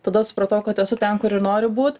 tada supratau kad esu ten kur ir noriu būt